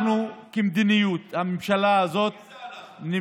אנחנו, כמדיניות, הממשלה הזאת,